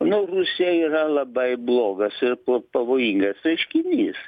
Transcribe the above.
manau rusija yra labai blogas ir pavojingas reiškinys